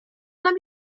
nam